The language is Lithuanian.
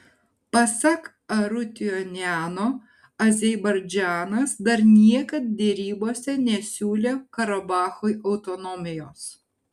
pasak arutiuniano azerbaidžanas dar niekad derybose nesiūlė karabachui autonomijos